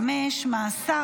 25) (מאסר